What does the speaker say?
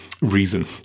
reason